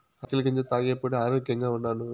అరికెల గెంజి తాగేప్పుడే ఆరోగ్యంగా ఉండాను